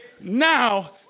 now